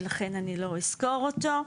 ולכן אני לא אסקור אותו,